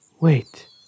Wait